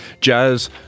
jazz